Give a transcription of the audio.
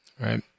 right